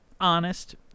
honest